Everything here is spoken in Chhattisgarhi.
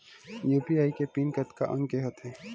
यू.पी.आई के पिन कतका अंक के होथे?